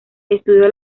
estudió